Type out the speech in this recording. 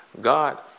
God